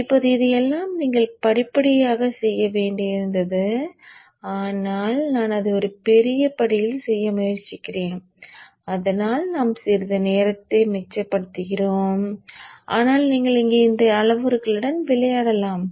இப்போது இதையெல்லாம் நீங்கள் படிப்படியாக செய்ய வேண்டியிருந்தது ஆனால் நான் அதை ஒரு பெரிய படியில் செய்ய முயற்சிக்கிறேன் அதனால் நாம் சிறிது நேரத்தை மிச்சப்படுத்துகிறோம் ஆனால் நீங்கள் இங்கே இந்த அளவுருக்களுடன் விளையாடலாம்